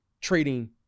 trading